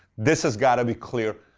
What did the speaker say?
this has got to be clear.